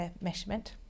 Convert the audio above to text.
measurement